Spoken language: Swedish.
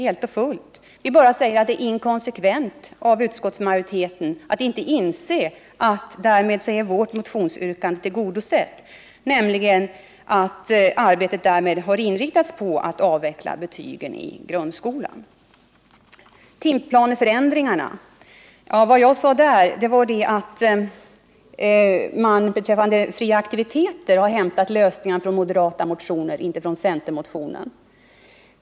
Vi säger bara att det är inkonsekvent av utskottsmajoriteten att inte inse att vårt motionsyrkande är tillgodosett — arbetet har ju inriktats på att avveckla betygen i grundskolan. Vad jag sade om timplaneförändringarna var att man beträffande de fria aktiviteterna har hämtat lösningar från moderata motioner och inte från centermotionen.